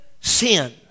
sin